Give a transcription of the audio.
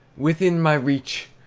within my reach!